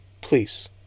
Please